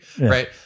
Right